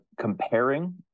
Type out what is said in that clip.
comparing